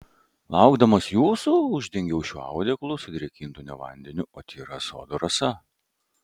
laukdamas jūsų uždengiau šiuo audeklu sudrėkintu ne vandeniu o tyra sodo rasa